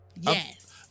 yes